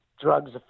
drugs